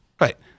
Right